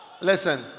Listen